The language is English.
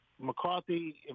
McCarthy